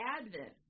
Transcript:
advent